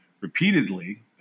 repeatedly